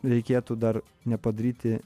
reikėtų dar nepadaryti